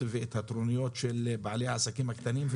ואת הטרוניות של בעלי העסקים הקטנים,